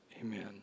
Amen